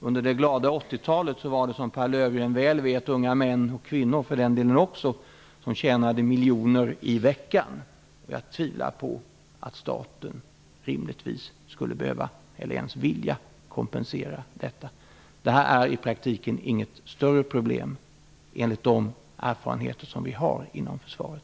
Under det glada 80-talet fanns det, som Pehr Löfgreen väl vet, unga män och kvinnor som tjänade miljoner i veckan. Jag tvivlar på att staten rimligtvis skulle behöva eller ens vilja kompensera detta. Näringsbidraget för värnpliktiga utgör i praktiken inte något större problem enligt de erfarenheter som vi har inom försvaret.